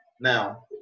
Now